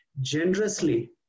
generously